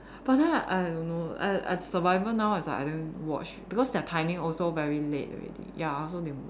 but ah I don't know I I survival now is like I don't watch because their timing also very late already ya I also